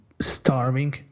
starving